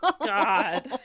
god